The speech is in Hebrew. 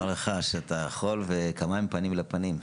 אומר לך שאתה יכול וכמים הפנים לפנים.